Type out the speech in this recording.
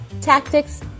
tactics